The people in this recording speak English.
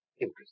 interesting